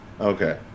Okay